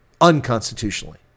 unconstitutionally